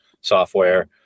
software